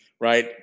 right